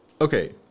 Okay